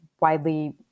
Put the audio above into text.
widely